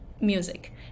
music